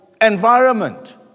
environment